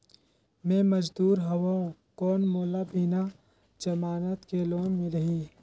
मे मजदूर हवं कौन मोला बिना जमानत के लोन मिलही?